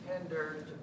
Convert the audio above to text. tender